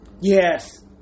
Yes